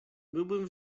byłbym